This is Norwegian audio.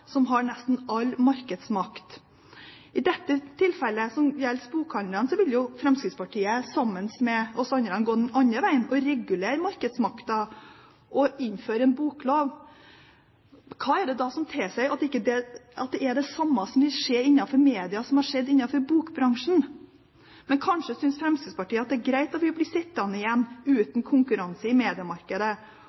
som har nesten all markedsmakt. I det tilfellet som gjelder bokhandlerne, vil Fremskrittspartiet sammen med oss andre gå den andre veien og regulere markedsmakten og innføre en boklov. Hva er det som tilsier at ikke det samme vil skje innenfor mediebransjen som har skjedd innenfor bokbransjen? Men kanskje synes Fremskrittspartiet at det er greit at vi blir sittende igjen uten konkurranse i mediemarkedet,